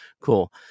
Cool